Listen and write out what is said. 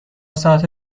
ساعت